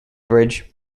bridge